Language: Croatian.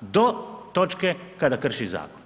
do točke kada krši zakon.